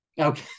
Okay